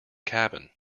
cabin